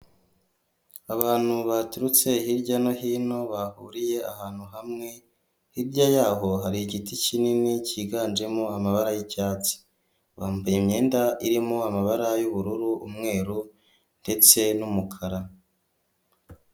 Abantu baturutse hirya no hino, bahuriye ahantu hamwe, hirya yaho hari igiti kinini, cyiganjemo amabara y'icyatsi. Bambaye imyenda irimo amabara y'ubururu, umweru, ndetse n'umukara.